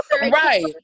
right